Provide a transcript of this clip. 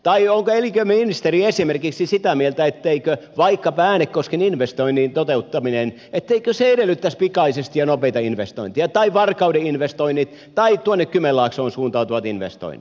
tai onko elinkeinoministeri esimerkiksi sitä mieltä etteikö vaikkapa äänekosken investoinnin toteuttaminen edellyttäisi pikaisesti ja nopeita investointeja tai varkauden investoinnit tai tuonne kymenlaaksoon suuntautuvat investoinnit